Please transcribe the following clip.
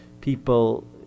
people